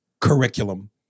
curriculum